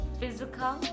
physical